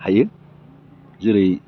हायो जेरै